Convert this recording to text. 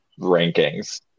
rankings